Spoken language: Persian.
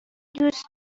دوست